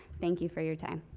thank you for your time.